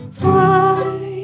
fly